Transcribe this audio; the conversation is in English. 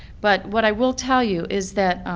but what i will tell you is that